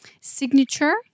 signature